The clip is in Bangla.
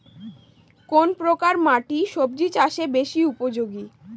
কোন প্রকার মাটি সবজি চাষে বেশি উপযোগী?